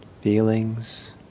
feelings